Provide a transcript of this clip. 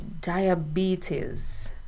Diabetes